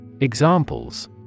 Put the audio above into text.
Examples